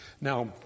Now